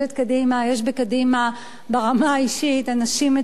יש בקדימה ברמה האישית אנשים מצוינים.